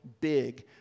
big